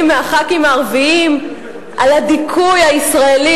מחברי הכנסת הערבים על הדיכוי הישראלי,